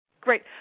great